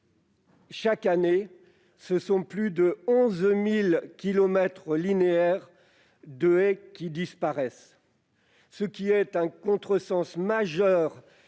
chaque année, plus de 11 000 kilomètres linéaires de haies disparaissent. C'est un contresens majeur